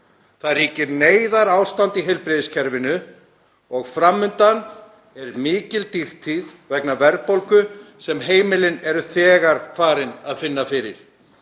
í forgang. Neyðarástand ríkir í heilbrigðiskerfinu og fram undan er mikil dýrtíð vegna verðbólgu sem heimilin eru þegar farin að finna fyrir.